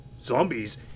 Zombies